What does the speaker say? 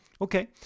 okay